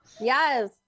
Yes